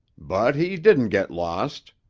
but he didn't get lost,